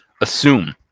assume